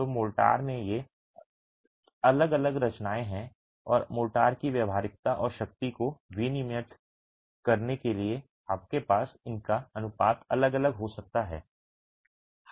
तो मोर्टार में ये अलग अलग रचनाएं हैं और मोर्टार की व्यावहारिकता और शक्ति को विनियमित करने के लिए आपके पास इनका अनुपात अलग अलग हो सकता है